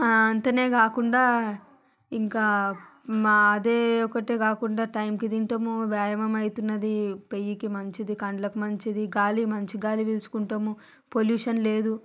అంతే కాకుండా ఇంకా మా అదే ఒకటే కాకుండా టైంకి తింటాము వ్యాయమమైతున్నది పెయ్యికి మంచిది కళ్ళకు మంచిది గాలి మంచి గాలి పీల్చుకుంటాము పొల్యూషన్ లేదు